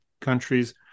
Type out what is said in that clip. countries